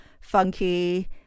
funky